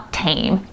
tame